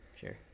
Sure